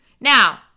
Now